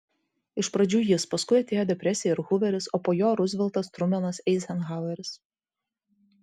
iš pradžių jis paskui atėjo depresija ir huveris o po jo ruzveltas trumenas eizenhaueris